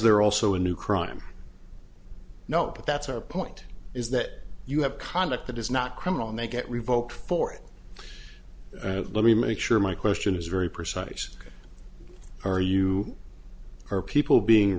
there also a new crime no but that's our point is that you have conduct that is not criminal and they get revoked for it let me make sure my question is very precise are you or people being